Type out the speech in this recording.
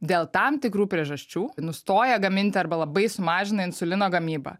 dėl tam tikrų priežasčių nustoja gaminti arba labai sumažina insulino gamybą